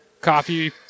Coffee